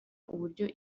uburyo